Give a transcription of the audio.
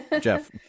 Jeff